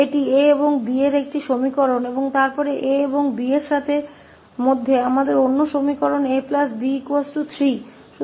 यह 𝐴 और B में एक समीकरण है और फिर हमारे पास 𝐴 और B में 𝐴 𝐵 3 के रूप में दूसरा समीकरण है